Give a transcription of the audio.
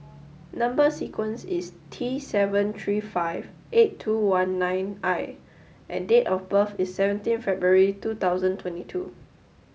number sequence is T seven three five eight two one nine I and date of birth is seventeen February two thousand twenty two